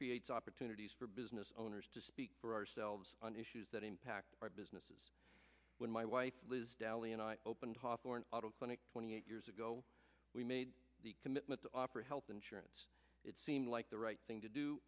creates opportunities for business owners to speak for ourselves on issues that impact our businesses when my wife liz dally and i opened hawthorne auto clinic twenty eight years ago we made the commitment to offer health insurance it seem like the right thing to do